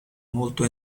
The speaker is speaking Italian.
molto